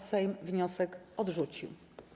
Sejm wniosek odrzucił.